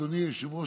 אדוני היושב-ראש,